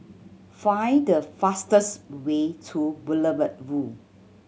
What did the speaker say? find the fastest way to Boulevard Vue